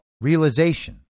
realization